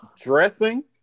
dressing